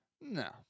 No